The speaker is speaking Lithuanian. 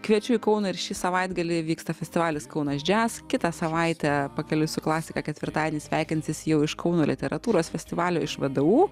kviečiu į kauną ir šį savaitgalį vyksta festivalis kaunas džias kitą savaitę pakeliui su klasika ketvirtadienį sveikinsis jau iš kauno literatūros festivalio iš vdu